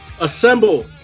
assemble